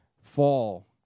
fall